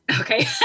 okay